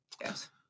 Yes